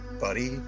buddy